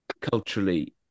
culturally